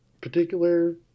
particular